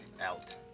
Out